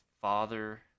father